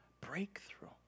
breakthrough